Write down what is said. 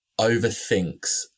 overthinks